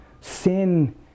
sin